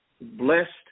blessed